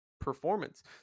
performance